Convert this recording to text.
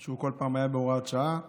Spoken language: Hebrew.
שהוא כל פעם היה בהוראת שעה.